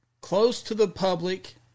close-to-the-public